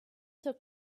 took